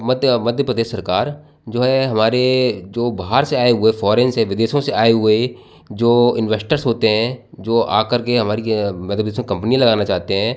मध्य मध्य प्रदेश सरकार जो है हमारे जो बाहर से आए हुए फोरेन से विदेशों से आए हुए जो इन्वेस्टर्स होते हैं जो आ करके हमारी मतलब जिसमें कम्पनी लगाना चाहते हैं